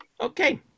Okay